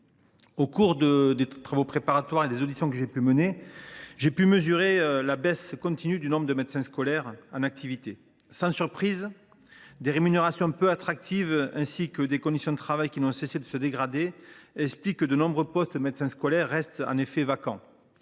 Au cours des travaux préparatoires et des auditions que j’ai menées, j’ai pu mesurer la baisse continue du nombre de médecins scolaires en activité. Sans surprise, des rémunérations peu attractives et des conditions de travail qui n’ont cessé de se dégrader expliquent que de nombreux postes de médecins scolaires restent vacants,